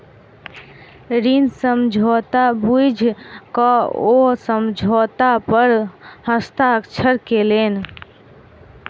ऋण समझौता बुइझ क ओ समझौता पर हस्ताक्षर केलैन